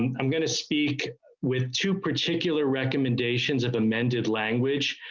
and i'm going to speak with two particular recommendations of the men did language.